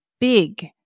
big